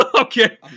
Okay